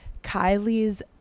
Kylie's